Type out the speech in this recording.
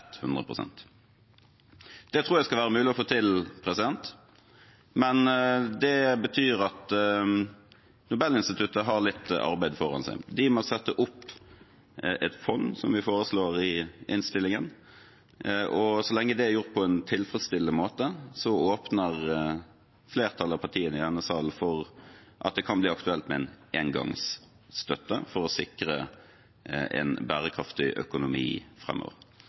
tror jeg skal være mulig å få til, men det betyr at Nobelinstituttet har litt arbeid foran seg. De må sette opp et fond, som vi foreslår i innstillingen. Så lenge det er gjort på en tilfredsstillende måte, åpner flertallet av partiene i denne salen for at det kan bli aktuelt med en engangsstøtte for å sikre en bærekraftig økonomi